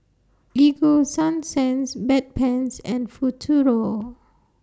Ego Sunsense Bedpans and Futuro